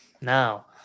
now